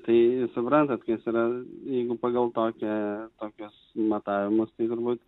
tai suprantat kas yra jeigu pagal tokią tokius matavimus tai turbūt